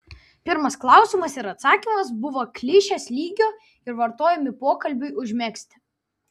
pirmas klausimas ir atsakymas buvo klišės lygio ir vartojami pokalbiui užmegzti